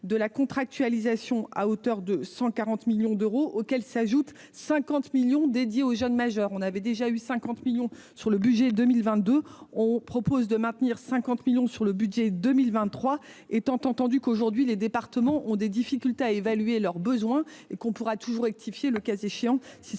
de la contractualisation à hauteur de 140 millions d'euros auxquels s'ajoutent 50 millions dédiés aux jeunes majeurs, on avait déjà eu 50 millions sur le budget 2022, on propose de maintenir 50 millions sur le budget 2023, étant entendu qu'aujourd'hui les départements ont des difficultés à évaluer leurs besoins et qu'on pourra toujours rectifier le cas échéant